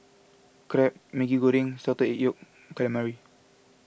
Crab Maggi Goreng Salted Yolk Calamari